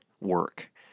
work